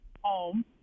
home